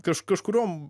kaž kažkuriom